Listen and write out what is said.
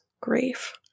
grief